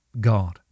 God